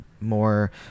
more